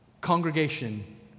congregation